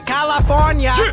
California